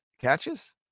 catches